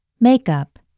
Makeup